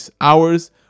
hours